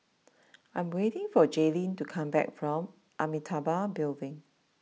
I am waiting for Jaelyn to come back from Amitabha Building